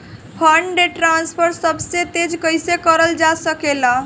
Fund transfer सबसे तेज कइसे करल जा सकेला?